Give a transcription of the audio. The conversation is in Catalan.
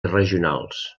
regionals